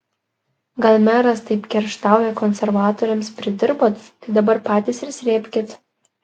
gal meras taip kerštauja konservatoriams pridirbot tai dabar patys ir srėbkit